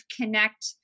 connect